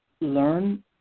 learn